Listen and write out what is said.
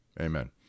Amen